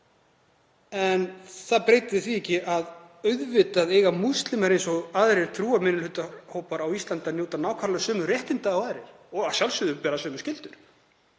En það breytir því ekki að auðvitað eiga múslimar, eins og aðrir trúarminnihlutahópar á Íslandi, að njóta nákvæmlega sömu réttinda og aðrir og að sjálfsögðu að bera sömu skyldur.